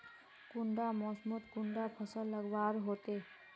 कुंडा मोसमोत कुंडा फसल लगवार होते?